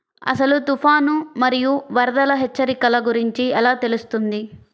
అసలు తుఫాను మరియు వరదల హెచ్చరికల గురించి ఎలా తెలుస్తుంది?